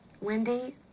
Wendy